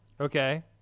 okay